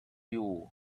you